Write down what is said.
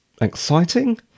exciting